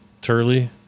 Turley